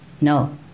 No